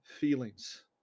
feelings